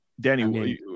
Danny